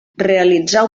realitzar